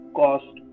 cost